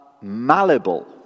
malleable